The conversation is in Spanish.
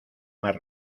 mar